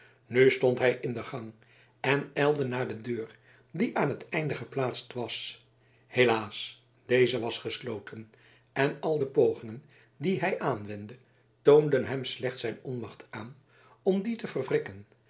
nu stond hij in de gang en ijlde naar de deur die aan het einde geplaatst was helaas deze was gesloten en al de pogingen die hij aanwendde toonden hem slechts zijn onmacht aan om die te verwrikken